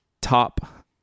top